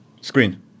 screen